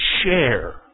share